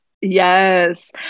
yes